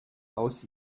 aus